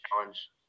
challenge